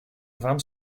вам